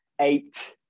eight